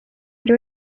bari